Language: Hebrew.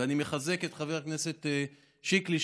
ואני מחזק את חבר הכנסת שיקלי,